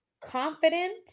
confident